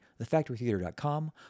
Thefactorytheater.com